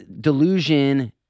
delusion